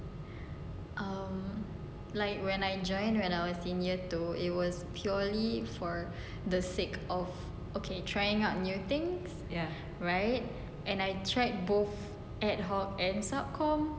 um like when I join when I was in year two it was purely for the sake of okay trying out new things right and I tried both ad hoc and sub comm